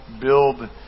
build